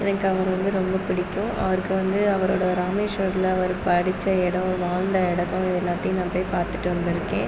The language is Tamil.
எனக்கு அவர வந்து ரொம்ப பிடிக்கும் அவருக்கு வந்து அவரோட ராமேஸ்வரத்தில் அவர் படித்த இடம் வாழ்ந்த இடத்த எல்லாத்தையும் நான் போய் பார்த்துட்டு வந்துருக்கேன்